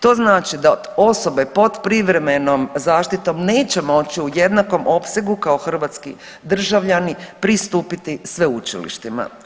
To znači da osobe pod privremenom zaštitom neće moći u jednakom opsegu kao hrvatski državljani pristupiti sveučilištima.